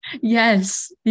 Yes